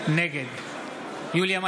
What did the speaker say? נגד יוליה מלינובסקי,